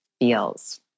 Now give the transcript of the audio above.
feels